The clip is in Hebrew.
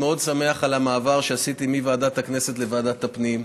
מאוד שמח על המעבר שעשיתי מוועדת הכנסת לוועדת הפנים.